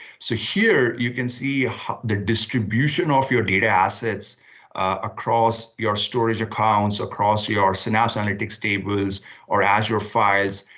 so here, you can see the distribution of your data assets across your storage accounts, across your synapse analytics tables or azure files.